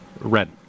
Red